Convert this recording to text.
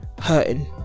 hurting